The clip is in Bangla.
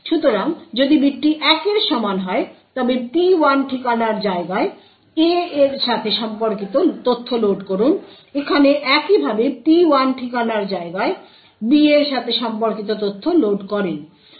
সুতরাং যদি বিটটি 1 এর সমান হয় তবে P1 ঠিকানার জায়গায় A এর সাথে সম্পর্কিত তথ্য লোড করুন এখানে একইভাবে P1 ঠিকানার জায়গায় B এর সাথে সম্পর্কিত তথ্য লোড করেন